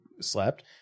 slept